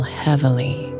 heavily